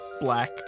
black